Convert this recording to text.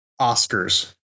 Oscars